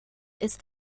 ist